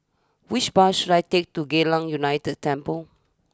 which bus should I take to Geylang United Temple